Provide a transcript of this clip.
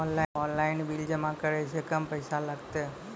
Online bill जमा करै से कम पैसा लागतै?